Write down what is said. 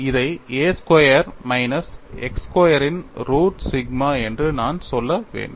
இதை a square minus x ஸ்கொயரின் root sigma என்று நான் சொல்ல வேண்டும்